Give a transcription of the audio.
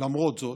למרות זאת,